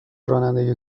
رانندگی